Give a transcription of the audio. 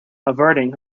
averting